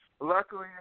luckily